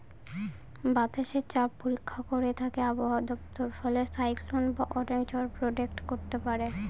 বাতাসের চাপ পরীক্ষা করে থাকে আবহাওয়া দপ্তর ফলে সাইক্লন বা অনেক ঝড় প্রেডিক্ট করতে পারে